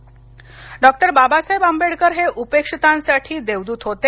Ambedkar doctor Babasaheb Ambedkar हे उपेक्षितांसाठी देवदूत होते